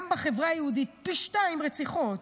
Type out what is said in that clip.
גם בחברה היהודית פי שניים רציחות.